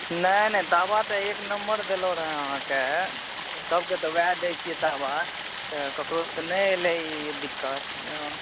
नहि नहि दबा तऽ एक नम्बर देलहुँ रहै अहाँके सभकेँ तऽ ओएह दै छियै दबा तऽ ककरो तऽ नहि एलै ई दिक्कत